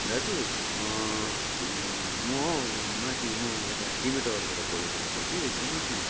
दाजु म हौ माथि म यता टिभी टावरबाट बोलेको भाइ कि सुन्नुहोस् न